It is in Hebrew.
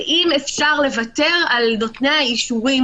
שאם אפשר לוותר על נותני האישורים,